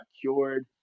cured